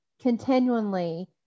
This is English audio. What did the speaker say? continually